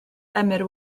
emyr